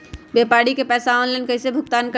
व्यापारी के पैसा ऑनलाइन कईसे भुगतान करी?